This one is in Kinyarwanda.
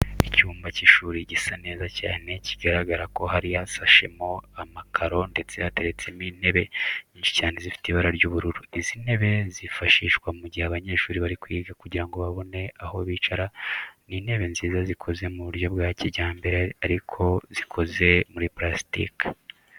Icyumba cy'ishuri gisa neza cyane bigaragara ko hasi hasashemo amakaro ndetse hateretsemo intebe nyinshi cyane zifite ibara ry'ubururu. Izi ntebe zifashishwa mu gihe abanyeshuri bari kwiga kugira ngo babone aho bicara. Ni intebe nziza zikoze mu buryo bwa kijyambere ariko zikoze muri parasitike.